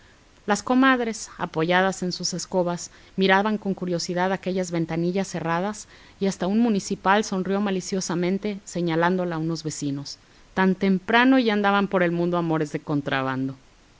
las comadres apoyadas en sus escobas miraban con curiosidad aquellas ventanillas cerradas y hasta un municipal sonrió maliciosamente señalándola a unos vecinos tan temprano y ya andaban por el mundo amores de contrabando